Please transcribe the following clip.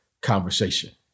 conversation